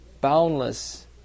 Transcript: boundless